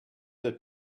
had